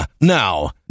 Now